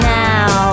now